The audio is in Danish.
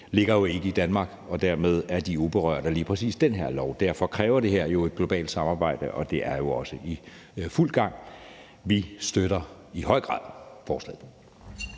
ligger det jo ikke i Danmark, og dermed er de uberørte af lige præcis den her lov. Derfor kræver det her jo et globalt samarbejde, og det er jo også i fuld gang. Vi støtter i høj grad forslaget.